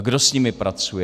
Kdo s nimi pracuje?